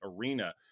arena